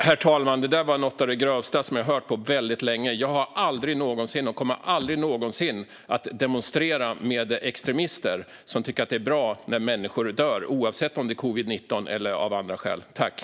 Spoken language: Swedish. Herr talman! Det där var något av det grövsta jag har hört på väldigt länge. Jag har aldrig någonsin demonstrerat och kommer aldrig att demonstrera med extremister som tycker att det är bra när människor dör, oavsett om det handlar om covid-19 eller något annat.